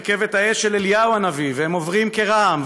מרכבת האש של אליהו הנביא / והם עוברים כרעם,